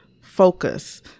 focus